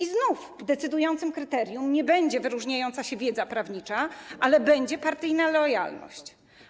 I znów decydującym kryterium nie będzie wyróżniająca się wiedza prawnicza, ale będzie partyjna lojalność.